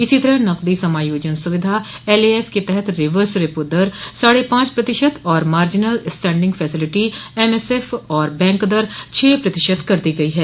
इसी तरह नकदी समायोजन सुविधा एलएएफ के तहत रिवर्स रेपो दर साढे पांच प्रतिशत और मार्जिनल स्टैंडिंग फैसेलिटी एमएसएफ और बैंक दर छह प्रतिशत कर दी गई है